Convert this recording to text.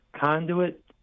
conduit